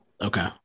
Okay